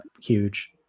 huge